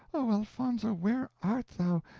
oh, elfonzo! where art thou,